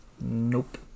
Nope